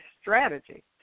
strategy